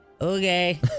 okay